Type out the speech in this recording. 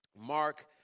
Mark